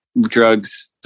drugs